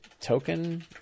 token